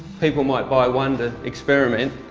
people might buy one to experiment,